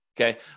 Okay